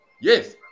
yes